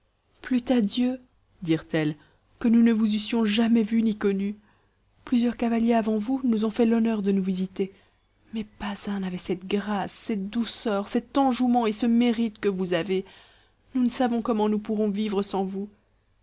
plût à dieu dirent-elles que nous ne vous eussions jamais vu ni connu plusieurs cavaliers avant vous nous ont fait l'honneur de nous visiter mais pas un n'avait cette grâce cette douceur cet enjouement et ce mérite que vous avez nous ne savons comment nous pourrons vivre sans vous